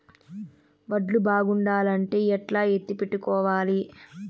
వడ్లు బాగుండాలంటే ఎట్లా ఎత్తిపెట్టుకోవాలి?